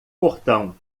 portão